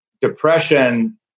Depression